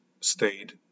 stayed